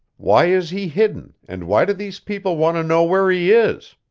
why is he hidden, and why do these people want to know where he is?